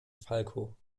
falco